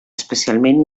especialment